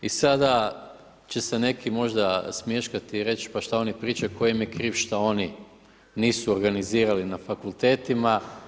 I sada će se neki možda smješkati i reći – pa što oni pričaju, tko im je kriv što oni nisu organizirali na fakultetima.